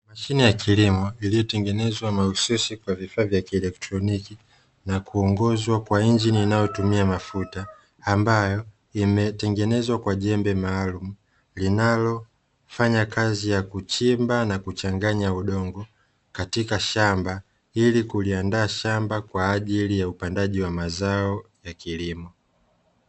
Mashine ya kilimo iliyotengenezwa mahususi kwa vifaa vya kielektroniki na kuongozwa kwa injini inayotumia mafuta, ambayo imetengenezwa kwa jembe maalumu linalofanya kazi ya kuchimba na kuchanganya udongo katika shamba, ili kuliandaa shamba kwa ajili ya upandaji wa mazao ya kilimo.